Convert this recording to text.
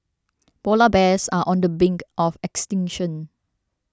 Polar Bears are on the brink of extinction